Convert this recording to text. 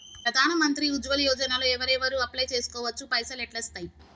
ప్రధాన మంత్రి ఉజ్వల్ యోజన లో ఎవరెవరు అప్లయ్ చేస్కోవచ్చు? పైసల్ ఎట్లస్తయి?